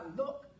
look